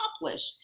accomplish